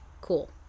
Cool